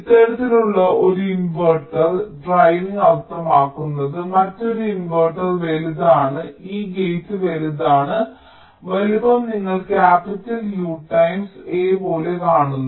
ഇത്തരത്തിലുള്ള ഒരു inverter driving അർത്ഥമാക്കുന്നത് മറ്റൊരു ഇൻവെർട്ടർ വലുതാണ് ഈ ഗേറ്റ് വലുതാണ് വലുപ്പം നിങ്ങൾ കാപ്പിറ്റൽ U ടൈംസ് A പോലെ കാണുന്നു